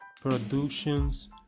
productions